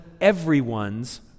everyone's